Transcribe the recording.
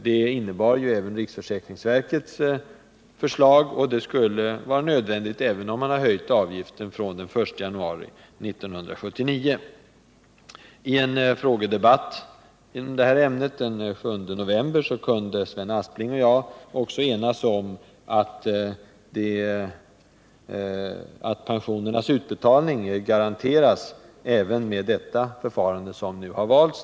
Det innebar även riksförsäkringsverkets förslag; det skulle ha varit nödvändigt även om man hade höjt avgiften från den 1 januari 1979. I en frågedebatt i det här ämnet den 27 november kunde Sven Aspling och jag enas om att pensionernas utbetalning garanteras även med det förfarande som nu har valts.